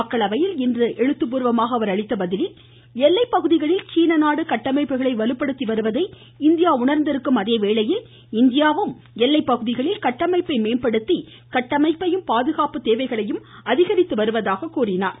மக்களவையில் இன்று அவர் அளித்த பதிலில் எல்லைப்பகுதிகளில் சீன நாடு கட்டமைப்புகளை வலுப்படுத்தி வருவதை இந்தியா உணா்ந்திருக்கும் அதேவேளையில் இந்தியாவும் எல்லை பகுதிகளில் கட்டமைப்பை மேம்படுத்தி கட்டமைப்பையம் பாதுகாப்பு தேவையையும் அதிகரித்து வருவதாக கூறினார்